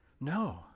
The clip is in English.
No